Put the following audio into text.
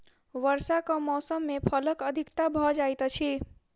वर्षाक मौसम मे फलक अधिकता भ जाइत अछि